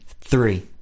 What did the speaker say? Three